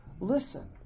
Listen